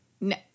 No